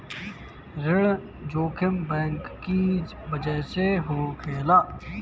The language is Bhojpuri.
ऋण जोखिम बैंक की बजह से होखेला